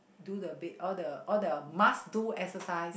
do the bed all the all the must do exercise